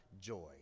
joy